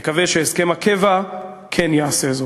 נקווה שהסכם הקבע כן יעשה זאת.